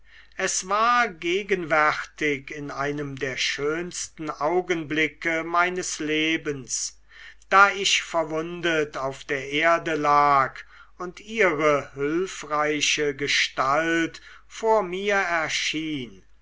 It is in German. es war gegenwärtig in einem der schönsten augenblicke meines lebens da ich verwundet auf der erde lag und ihre hülfreiche gestalt vor mir erschien